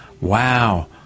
Wow